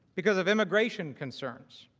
because of immigration concerns.